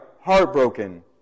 heartbroken